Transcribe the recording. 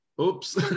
oops